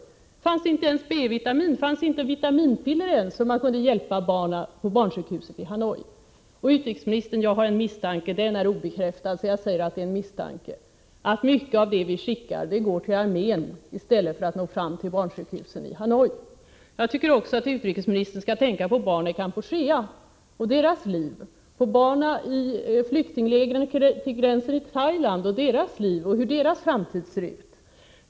Där fanns inte B-vitamin, inte ett enda vitaminpiller, som man kunde ha hjälpt barnen på barnsjukhuset i Hanoi med. Jag har, utrikesministern, en misstanke som dock är obekräftad, att mycket av det vi skickar går till armén i stället för att nå fram till barnsjukhuset i Hanoi. Jag tycker också att utrikesministern skall tänka på barnen i Kampuchea, på barnen i flyktinglägren vid gränsen till Thailand och hur deras liv och deras framtid ser ut.